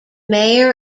mayor